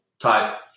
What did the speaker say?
type